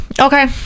okay